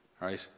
right